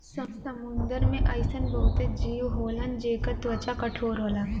समुंदर में अइसन बहुते जीव होलन जेकर त्वचा कठोर होला